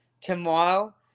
tomorrow